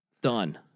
Done